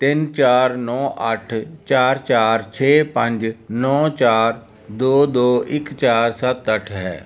ਤਿੰਨ ਚਾਰ ਨੌ ਅੱਠ ਚਾਰ ਚਾਰ ਛੇ ਪੰਜ ਨੌ ਚਾਰ ਦੋ ਦੋ ਇੱਕ ਚਾਰ ਸੱਤ ਅੱਠ ਹੈ